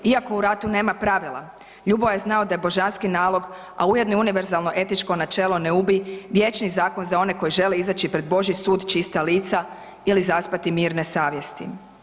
Iako u ratu nema pravila LJuboja je znao da je božanski nalog, a ujedno i univerzalno etičko načelo „Ne ubij“ vječni zakon za one koji žele izaći pred božji sud čista lica ili zaspati mirne savjesti.